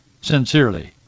Sincerely